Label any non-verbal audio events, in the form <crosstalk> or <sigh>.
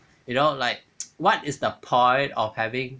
you know like <noise> what is the point of having